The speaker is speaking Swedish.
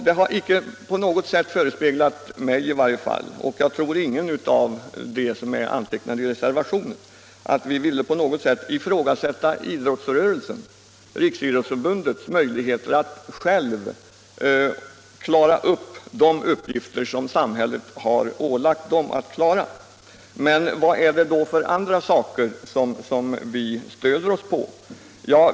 Det har inte på något sätt föresvävat mig i varje fall och jag tror inte heller någon av dem som skrivit under reservationen att man kunde ifrågasätta Riksidrottsförbundets möjligheter att självt klara de uppgifter som samhället har ålagt förbundet. Vilka andra saker stöder vi oss då på?